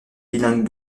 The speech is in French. bilingues